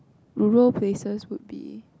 rural places would be